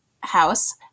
House